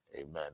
Amen